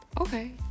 Okay